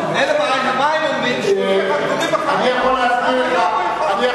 מה הם אומרים, שהוא לוקח על דברים אחרים.